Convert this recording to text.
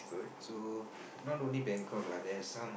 so not only Bangkok lah there are some